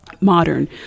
modern